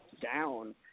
down